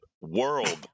world